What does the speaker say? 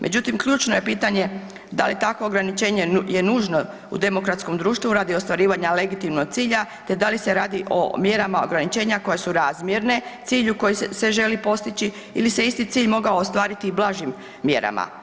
Međutim, ključno je pitanje da li takvo ograničenje je nužno u demokratskom društvu radi ostvarivanja legitimnog cilja te da li se radi o mjerama ograničenja koja su razmjerne cilju koji se želi postići ili se isti cilj mogao ostvariti i blažim mjerama.